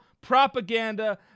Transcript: propaganda